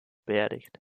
beerdigt